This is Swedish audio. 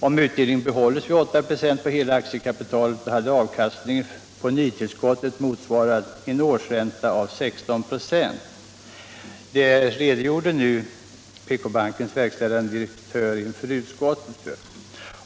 Om utdelningen bibehållits vid 8 96 på hela aktiekapitalet, hade avkastningen på nytillskottet motsvarat en årsränta på 16 26. Detta redogjorde bankens verkställande direktör för inför utskottet.